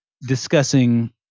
discussing